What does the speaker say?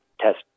test